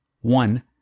One